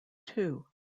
two